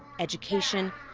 education,